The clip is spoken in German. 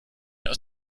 aus